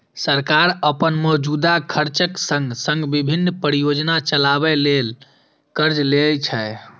सरकार अपन मौजूदा खर्चक संग संग विभिन्न परियोजना चलाबै ले कर्ज लै छै